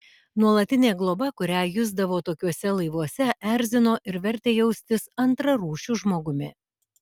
nuolatinė globa kurią jusdavo tokiuose laivuose erzino ir vertė jaustis antrarūšiu žmogumi